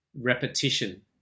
repetition